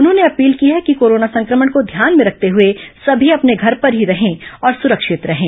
उन्होंने अपील की है कि कोरोना संक्रमण को ध्यान में रखते हुए सभी अपने घर पर ही रहें और सुरक्षित रहें